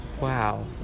Wow